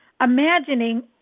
imagining